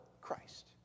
Christ